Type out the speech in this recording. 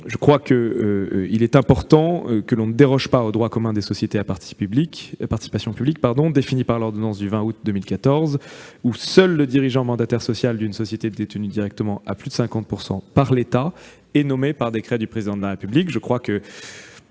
me semble important de ne pas déroger au droit commun des sociétés à participation publique défini par l'ordonnance du 20 août 2014 : seul le dirigeant mandataire social d'une société détenue directement à plus de 50 % par l'État est nommé par décret du Président de la République. Dans la